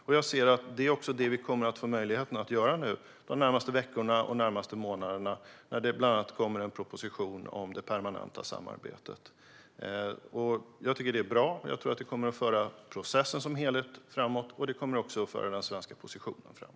Det är också det vi kommer att få möjlighet att göra de närmaste veckorna och månaderna när det bland annat kommer en proposition om det permanenta samarbetet. Jag tycker att detta är bra, och jag tror att det kommer att föra processen som helhet och även den svenska positionen framåt.